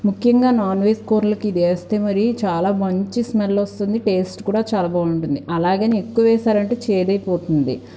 ముఖ్యంగా నాన్వెజ్ కూరలకి ఇదేస్తే మరి చాలా మంచి స్మెల్ వస్తుంది టేస్ట్ కూడా చాలా బాగుంటుంది అలాగని ఎక్కువేశారంటే చేదైపోతుంది